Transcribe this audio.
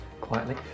quietly